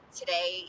today